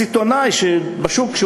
הסיטונאי בשוק,